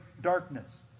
darkness